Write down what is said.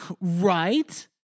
Right